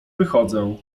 wychodzę